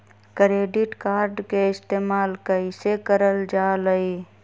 Credit card के इस्तेमाल कईसे करल जा लई?